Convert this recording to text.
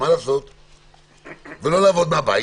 ולא לעבוד מהבית.